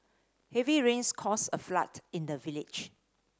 heavy rains caused a flood in the village